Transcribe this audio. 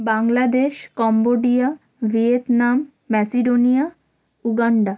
Bangladesh Cambodia Vietnam Macedonia Uganda